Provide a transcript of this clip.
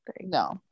no